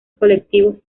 colectivos